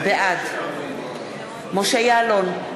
בעד משה יעלון,